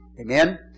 Amen